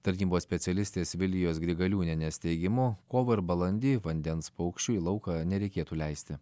tarnybos specialistės vilijos grigaliūnienės teigimu kovą ir balandį vandens paukščių į lauką nereikėtų leisti